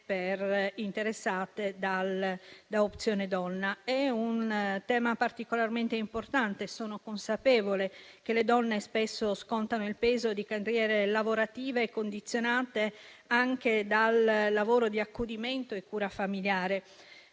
interessate da Opzione donna. È un tema particolarmente importante e sono consapevole che le donne spesso scontano il peso di carriere lavorative condizionate anche dal lavoro di accudimento e di cura familiare.